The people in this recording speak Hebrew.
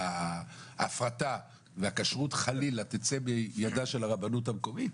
ההפרטה והכשרות חלילה תצא מידה של הרבנות המקומית,